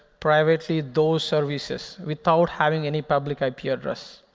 privately, those services without having any public ip yeah address.